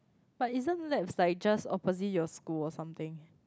but isn't Nex like just opposite your school or something